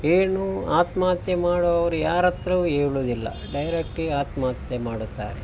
ಏನು ಆತ್ಮಹತ್ಯೆ ಮಾಡುವವರು ಯಾರ ಹತ್ರವೂ ಹೇಳೋದಿಲ್ಲ ಡೈರೆಕ್ಟ್ ಆಗಿ ಆತ್ಮಹತ್ಯೆ ಮಾಡುತ್ತಾರೆ